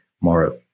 more